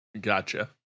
Gotcha